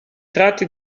tratti